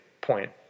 point